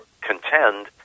contend